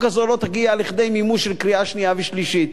הזאת לא תגיע לידי מימוש של קריאה שנייה ושלישית.